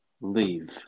leave